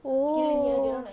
oh